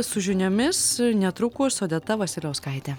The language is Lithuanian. su žiniomis netrukus odeta vasiliauskaitė